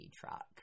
truck